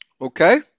Okay